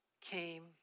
came